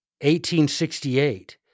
1868